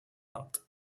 hat